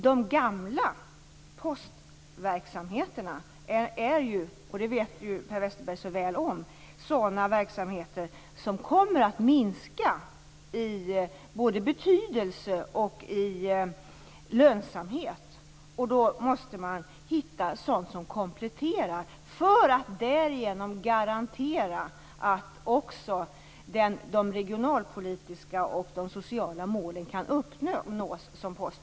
De gamla postverksamheterna är nämligen - och det vet Per Westerberg så väl - sådana verksamheter som kommer att minska i såväl betydelse som lönsamhet. Man måste alltså hitta sådant som kompletterar dessa för att därigenom garantera att också de regionalpolitiska och de sociala målen som Posten har i dag kan uppnås.